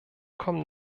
kommen